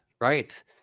right